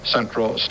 Central